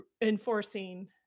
enforcing